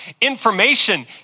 Information